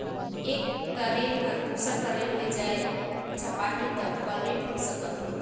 एक टरेन ह दुसर टरेन ले जाये झपाही त पलेट भी सकत हे